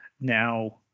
now